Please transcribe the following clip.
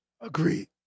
Agreed